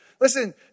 Listen